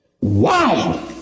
Wow